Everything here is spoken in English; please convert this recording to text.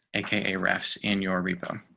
aka refs in your repo.